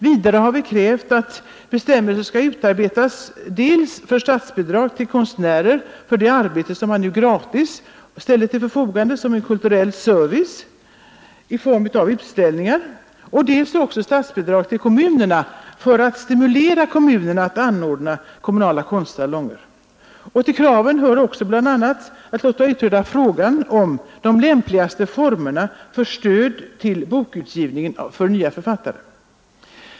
Vidare har vi krävt att bestämmelser skall utarbetas för dels statsbidrag till konstnärer för det arbete som de nu gratis och såsom en kulturell service ställer till förfogande i form av utställningar, dels statsbidrag till kommunerna för att stimulera dem till anordnande av kommunala konstsalonger. Till kraven hör också att låta utreda de lämpligaste formerna för stöd till bokutgivningen för nya författare.